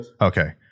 okay